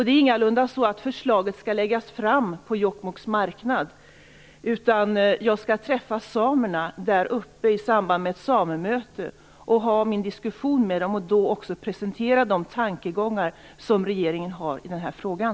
Det är ingalunda så att förslaget skall läggas fram på Jokkmokks marknad, utan jag skall träffa samerna där uppe i samband med ett samemöte. Då skall jag ha min diskussion med dem och då skall jag också presentera de tankegångar regeringen har i den här frågan.